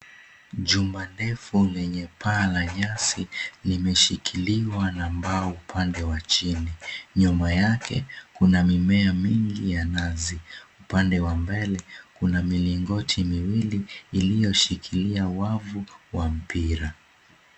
Chuma ndefu lenye paa la nyasi imeshikiliwa na mbao upande wa chini nyuma yake, kuna mimea mingi ya nazi upande wa mbele kuna milingoti miwili iliyoshikilia wavu wa mpira.